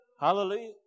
Hallelujah